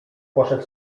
poszedł